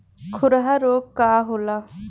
खुरहा रोग का होला?